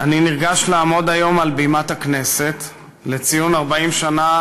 אני נרגש לעמוד היום על בימת הכנסת לציון 40 שנה